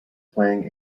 playing